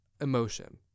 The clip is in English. emotion